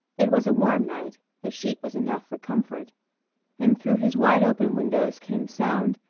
it was a warm night a sheet was enough for comfort and through his wide-open windows came sound,